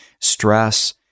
stress